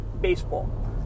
baseball